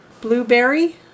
Blueberry